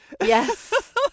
Yes